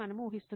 ఊహిస్తున్నాము